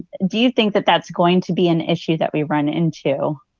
do you think that that's going to be an issue that we run into?